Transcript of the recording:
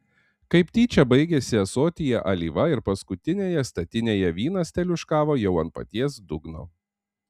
kaip tyčia baigėsi ąsotyje alyva ir paskutinėje statinėje vynas teliūškavo jau ant paties dugno